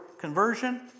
conversion